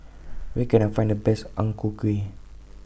Where Can I Find The Best Ang Ku Kueh